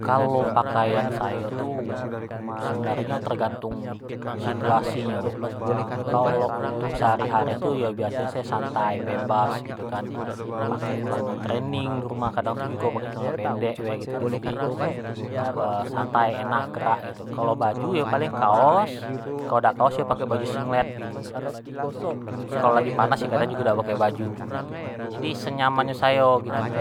Kalo pakaian sayo tu sebenarnyo tergantung situasi nyo, kalo untuk sehari-hari tu yo sayo biasonyo tu santai, bebas gitu kan pake celano trening di rumah, kadang tu jugo pake celano pendek be tu kan, jadi santai, enak gerak gitu, kalo baju yo paling kaos, kalo dak kaos yo pake baju singlet tu nah, yo kalo lagi panas kadang jugo dak pake baju, jadi senyaman nyo sayo gitu nah,